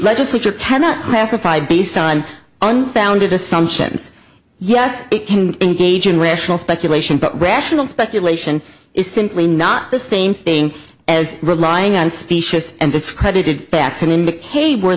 legislature cannot classify based on unfounded assumptions yes it can engage in rational speculation but rational speculation is simply not the same thing as relying on specious and discredited backs and indicate where